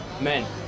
Men